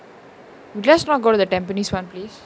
let's not go to the tampines [one] please